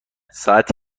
ساعت